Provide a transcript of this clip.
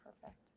Perfect